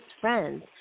friends